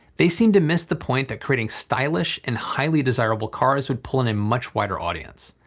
they seemed to miss the point that creating stylish and highly desirable cars would pull in a much wider audience.